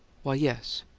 why, yes.